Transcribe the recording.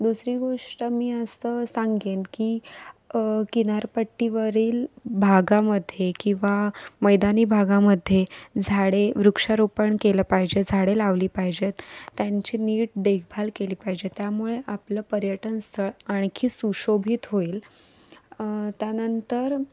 दुसरी गोष्ट मी असं सांगेन की की किनारपट्टीवरील भागामध्ये किंवा मैदानी भागामध्ये झाडे वृक्षारोपण केलं पाहिजे झाडे लावली पाहिजेत त्यांची नीट देखभाल केली पाहिजे त्यामुळे आपलं पर्यटन स्थळ आणखी सुशोभित होईल त्यानंतर